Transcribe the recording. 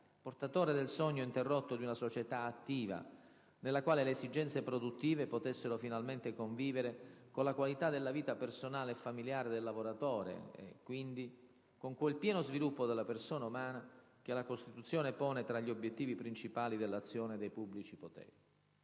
portatore del sogno interrotto di una società attiva, nella quale le esigenze produttive potessero finalmente convivere con la qualità della vita personale e familiare del lavoratore e, quindi, con quel pieno sviluppo della persona umana che la Costituzione pone tra gli obiettivi principali dell'azione dei pubblici poteri.